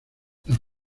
las